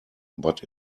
but